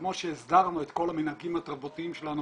וכמו שהסדרנו את כל המנהגים התרבותיים שלנו